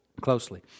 closely